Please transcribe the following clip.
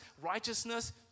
righteousness